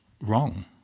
wrong